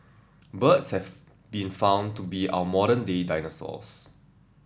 birds have been found to be our modern day dinosaurs